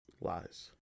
Lies